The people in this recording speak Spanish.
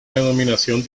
denominación